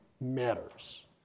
matters